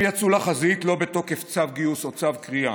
הם יצאו לחזית לא בתוקף צו גיוס או צו קריאה,